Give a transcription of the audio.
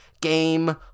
game